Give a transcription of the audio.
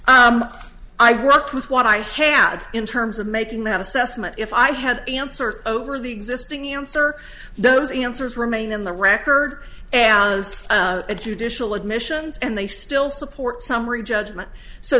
i worked with what i had in terms of making that assessment if i had an answer over the existing answer those answers remain in the record and as a judicial admissions and they still support summary judgment so